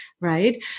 right